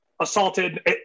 assaulted